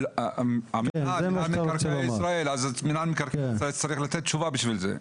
אז מנהל מקרקעי ישראל צריך לתת תשובה על זה,